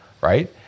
Right